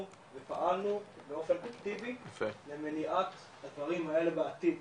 ופעלנו באופן אקטיבי למניעת הדברים האלה בעתיד.